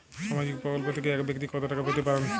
সামাজিক প্রকল্প থেকে এক ব্যাক্তি কত টাকা পেতে পারেন?